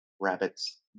rabbits